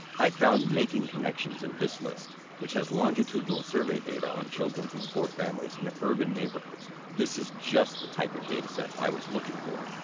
i found making connections in this list, which has longitudinal survey data on children from poor families in urban neighborhoods. this is just the type of data set i was looking for.